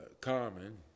common